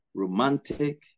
romantic